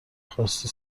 خواستی